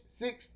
six